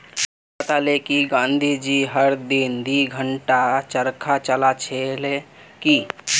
राम बताले कि गांधी जी हर दिन दी घंटा चरखा चला छिल की